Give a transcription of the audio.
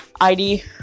ID